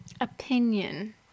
opinion